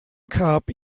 cup